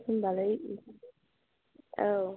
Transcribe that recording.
होनबालाय औ